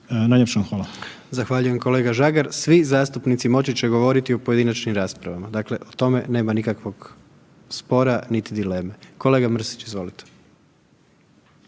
Gordan (HDZ)** Zahvaljujem kolega Žagar. Svi zastupnici moći će govoriti u pojedinačnim raspravama, dakle o tome nema nikakvog spora niti dileme. Kolega Mrsić, izvolite.